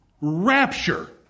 rapture